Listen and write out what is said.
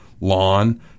lawn